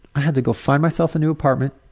i had to go find myself a new apartment,